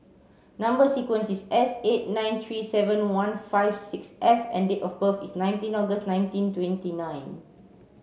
number sequence is S eight nine three seven one five six F and date of birth is nineteen August nineteen twenty nine